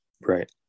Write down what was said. Right